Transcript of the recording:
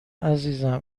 عزیزم